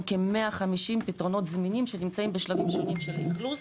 כ-150 פתרונות זמינים שנמצאים בשלבים שונים של אכלוס